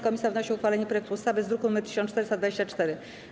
Komisja wnosi o uchwalenie projektu ustawy z druku nr 1424.